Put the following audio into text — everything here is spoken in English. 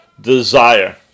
desire